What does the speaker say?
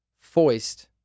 foist